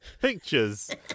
pictures